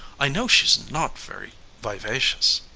i know she's not very vivacious.